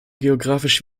geographisch